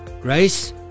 Grace